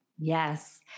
Yes